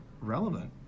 relevant